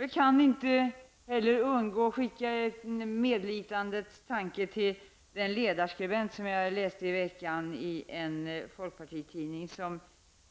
Jag kan inte heller undvika att skicka en medlidandets tanke till den ledarskribent som i en folkpartitidning i veckan